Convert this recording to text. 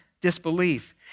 disbelief